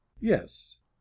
yes